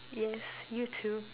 yes you too